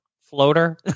floater